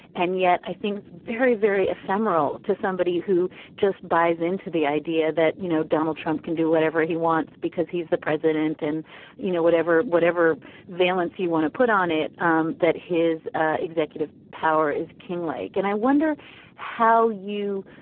and yet i think it's very very ephemeral to somebody who just buys into the idea that you know donald trump can do whatever he wants because he's the president and you know whatever whatever valence you want to put on it um that his ah executive power is kinglake and i wonder how you.